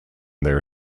their